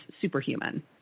superhuman